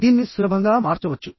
దీన్ని సులభంగా మార్చవచ్చు